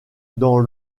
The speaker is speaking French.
dans